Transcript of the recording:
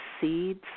seeds